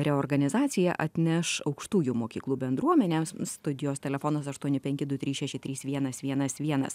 reorganizacija atneš aukštųjų mokyklų bendruomenėms studijos telefonas aštuoni penki du trys šeši trys vienas vienas vienas